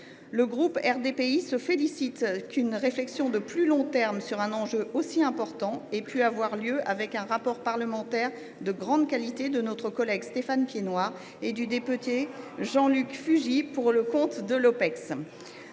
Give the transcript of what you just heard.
Le groupe RDPI se félicite qu’une réflexion de plus long terme sur un enjeu aussi important ait pu avoir lieu avec un rapport parlementaire de grande qualité de notre collègue Stéphane Piednoir et du député Jean Luc Fugit, pour le compte de l’Opecst.